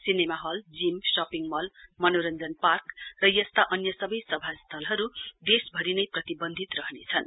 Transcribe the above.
cinema hall gym shopping mall मनोरञ्जन park र यस्ता अन्य सबै सभा स्थलहरू देशभरिने प्रतिवन्धित रहनेछन्